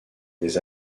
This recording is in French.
des